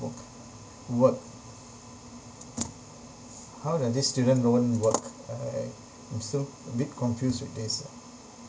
work work how does this student loan work I am still a bit confused with this ah